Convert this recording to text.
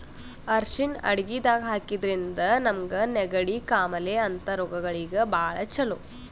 ಅರ್ಷಿಣ್ ಅಡಗಿದಾಗ್ ಹಾಕಿದ್ರಿಂದ ನಮ್ಗ್ ನೆಗಡಿ, ಕಾಮಾಲೆ ಅಂಥ ರೋಗಗಳಿಗ್ ಭಾಳ್ ಛಲೋ